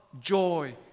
joy